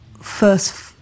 first